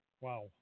Wow